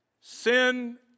sin